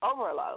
overload